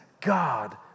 God